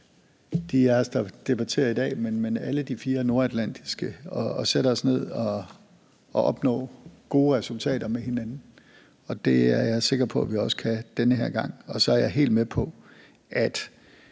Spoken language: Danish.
de af os, der debatterer her i dag, men også med alle de fire nordatlantiske medlemmer, at sætte os ned og opnå gode resultater med hinanden, og det er jeg sikker på at vi også kan gøre den her gang. Så er jeg også helt med på, at